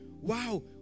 wow